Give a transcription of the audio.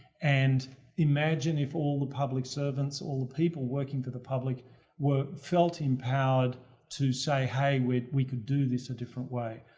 and imagine if all the public servants, or the people working for the public were, felt empowered to say hey, we can do this a different way.